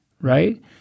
right